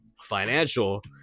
financial